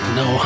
no